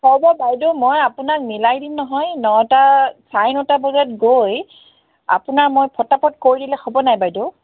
হ'ব বাইদেউ মই আপোনাক মিলাই দিম নহয় নটা চাৰে নটা বজাত গৈ আপোনাক মই ফটাফট কৰি দিলে হ'ব নাই বাইদেউ